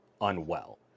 unwell